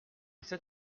sept